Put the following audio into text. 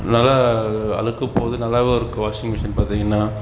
நல்லா அழுக்கு போகுது நல்லாவும் இருக்குது வாஷிங் மிஷின் பார்த்தீங்கன்னா